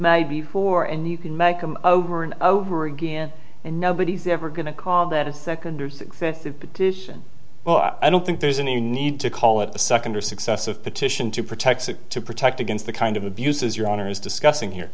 made before and you can make them over and over again and nobody's ever going to call that a second or successive petition well i don't think there's any need to call it a second or successive petition to protect it to protect against the kind of abuses your honor is discussing here